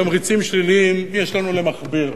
תמריצים שליליים יש לנו למכביר,